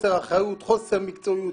בחוסר אחריות, חוסר מקצועיות.